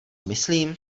myslím